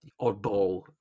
oddball